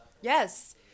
Yes